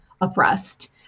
oppressed